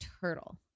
turtle